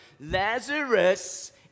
Lazarus